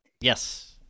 Yes